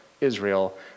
Israel